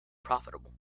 profitable